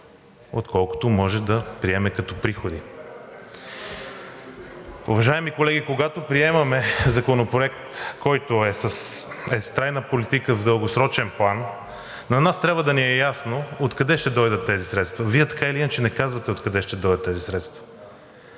отколкото може да приеме като приходи. Уважаеми колеги, когато приемаме Законопроект, който е с трайна политика в дългосрочен план, на нас трябва да ни е ясно откъде ще дойдат тези средства. Вие така или иначе не казвате откъде ще дойдат тези средства.